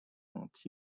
ont